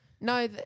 No